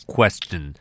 Question